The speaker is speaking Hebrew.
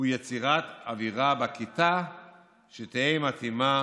הוא יצירת אווירה בכיתה שתהא מתאימה